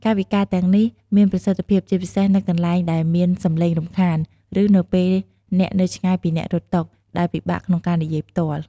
កាយវិការទាំងនេះមានប្រសិទ្ធភាពជាពិសេសនៅកន្លែងដែលមានសំឡេងរំខាន ឬនៅពេលអ្នកនៅឆ្ងាយពីអ្នករត់តុ ដែលពិបាកក្នុងការនិយាយផ្ទាល់។